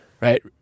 right